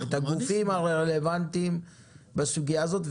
את הגופים הרלוונטיים בסוגיה הזאת.